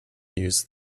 use